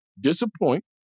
disappoint